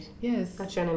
Yes